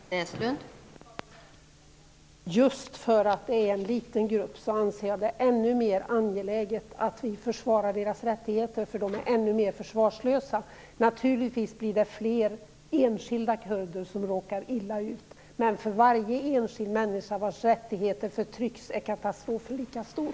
Fru talman! Jag vill bara tillägga att jag, just för att det är en liten grupp, anser att det är ännu mer angeläget att vi försvarar dessa människors rättigheter eftersom de är ännu mer försvarslösa. Naturligtvis blir det fler enskilda kurder som råkar illa ut, men för varje enskild människa vars rättigheter förtrycks är katastrofen lika stor.